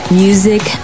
music